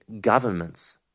governments